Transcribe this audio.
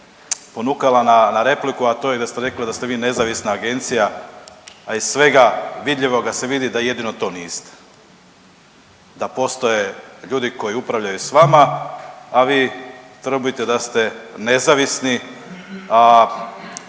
ponukala na repliku, a to je da ste rekli da ste vi nezavisna agencija, a iz svega vidljivoga se vidi da jedino to niste. Da postoje ljudi koji upravljaju s vama, a vi .../Govornik se ne